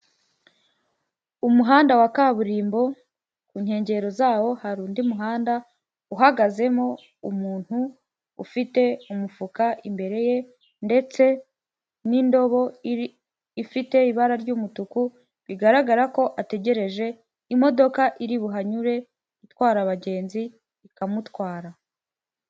Umuhanda wa kaburimbo, ku nkengero zawo hari undi muhanda uhagazemo umuntu ufite umufuka imbere ye ndetse n'indobo ifite ibara ry'umutuku, bigaragara ko ategereje imodoka iri buhanyure itwara abagenzi ikamutwara.